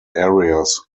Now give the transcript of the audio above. areas